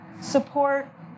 support